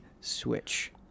Switch